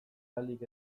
ahalik